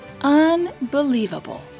Unbelievable